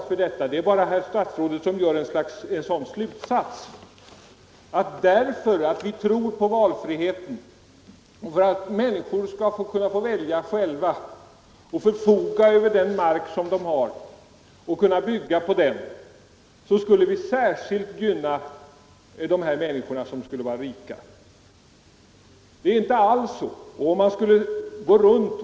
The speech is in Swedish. Vi har aldrig sagt något sådant. Herr statsrådet drar bara den slutsatsen, att därför att vi tror på valfrihet och anser att människor skall få välja själva, förfoga över den mark de äger och kunna bygga på den, så vill vi särskilt gynna de rika människorna. Det är inte alls så.